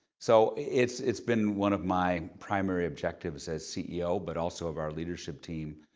so it's it's been one of my primary objectives as ceo, but also of our leadership team,